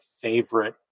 favorite